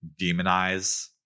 demonize